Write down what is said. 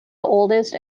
oldest